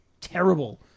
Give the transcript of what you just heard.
terrible